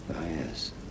yes